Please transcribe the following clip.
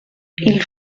ils